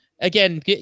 again